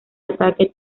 ataque